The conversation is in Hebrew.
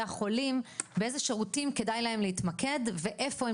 החולים באיזה שירותים כדאי להם להתמקד ואיפה הם